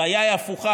הבעיה היא הפוכה,